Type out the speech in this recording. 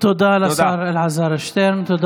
שבה אנחנו